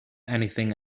anything